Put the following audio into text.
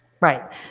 Right